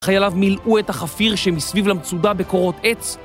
חייליו מילאו את החפיר שמסביב למצודה בקורות עץ